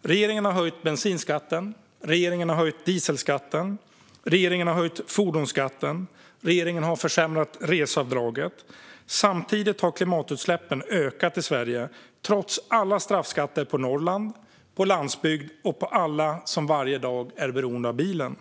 Regeringen har höjt bensinskatten, dieselskatten och fordonsskatten och försämrat reseavdraget. Samtidigt har klimatutsläppen ökat i Sverige, trots alla straffskatter på Norrland, på landsbygd och på alla som varje dag är beroende av bilen.